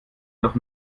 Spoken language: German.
noch